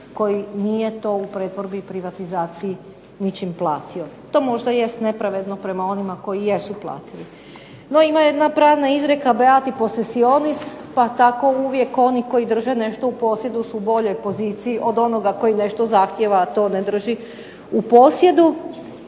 koji nije to u pretvorbi i privatizaciji ničim platio. To možda jest nepravedno prema onima koji jesu platili. No ima jedna pravna izreka beati positionis pa tako uvijek oni koji drže nešto u posjedu su u boljoj poziciji od onoga koji nešto zahtijeva, a to ne drži u posjedu.